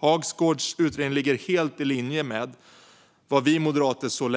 Hagsgårds utredning ligger helt i linje med vad vi moderater